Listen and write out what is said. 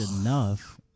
enough